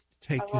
take